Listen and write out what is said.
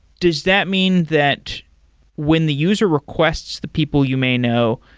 does that mean that when the user requests the people you may know,